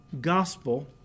gospel